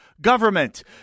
government